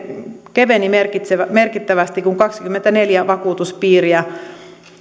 keveni merkittävästi kun kaksikymmentäneljä vakuutuspiiriä